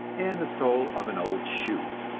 and the sole of an old shoe